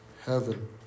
heaven